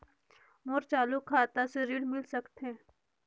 मोर चालू खाता से ऋण मिल सकथे?